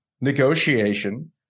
negotiation